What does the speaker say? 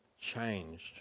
changed